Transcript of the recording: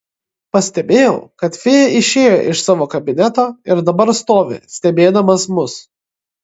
pastebėjau kad fėja išėjo iš savo kabineto ir dabar stovi stebėdamas mus